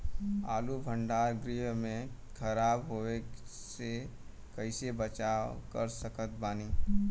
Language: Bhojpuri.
आलू भंडार गृह में खराब होवे से कइसे बचाव कर सकत बानी?